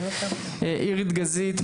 עירית גזית,